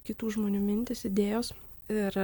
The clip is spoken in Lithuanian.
kitų žmonių mintys idėjos ir